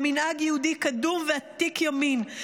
זה מנהג יהודי קדום ועתיק יומין,